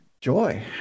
joy